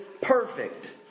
perfect